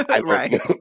Right